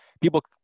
People